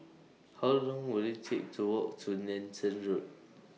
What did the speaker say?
How Long Will IT Take to Walk to Nanson Road